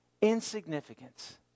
insignificance